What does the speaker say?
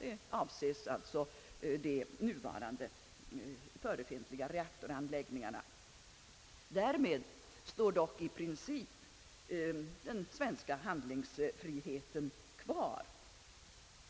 I princip står dock den svenska handlingsfriheten att besluta om kärnvapentillverkning — eller motsatsen — Öppen.